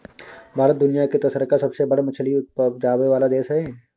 भारत दुनिया के तेसरका सबसे बड़ मछली उपजाबै वाला देश हय